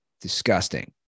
disgusting